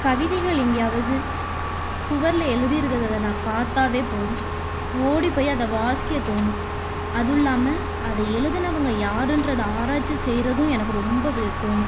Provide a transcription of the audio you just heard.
கவிதைகள் எங்கேயாவது சுவரில் எழுதி இருக்கிறத நான் பார்த்தாவே போதும் ஓடி போய் அதை வாசிக்க தோணும் அதுவும் இல்லாமல் அதை எழுதுனவங்க யாருன்றத ஆராய்ச்சி செய்கிறதும் எனக்கு ரொம்ப தோணும்